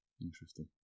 Interesting